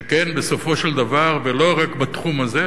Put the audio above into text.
שכן בסופו של דבר ולא רק בתחום הזה,